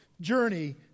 journey